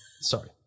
Sorry